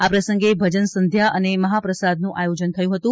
આ પ્રસંગે ભજન સંધ્યા અને મહાપ્રસાદનું આયોજન થયું હતું